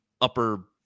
upper